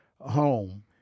home